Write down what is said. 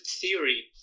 theory